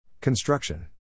Construction